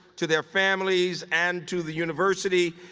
to their families and to the university.